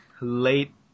late